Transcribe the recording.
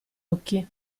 occhi